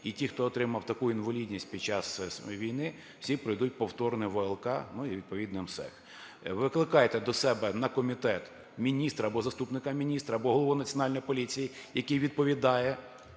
І ті, хто отримав таку інвалідність під час війни, всі пройдуть повторно ВЛК і відповідно МСЕК. Викликайте до себе на комітет міністра або заступника міністра, або Голову Національної поліції, який відповідає